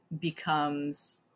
becomes